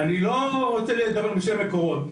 אני לא רוצה לדבר בשם מקורות,